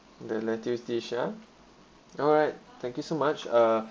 the lettuce dish ah alright thank you so much uh